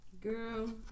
girl